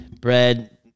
bread